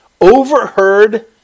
overheard